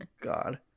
God